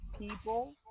people